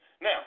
Now